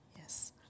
yes